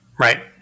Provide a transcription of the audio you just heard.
Right